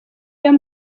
ariyo